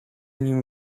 nim